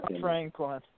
Franklin